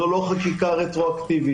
זו לא חקיקה רטרואקטיבית.